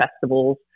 festivals